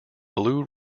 blue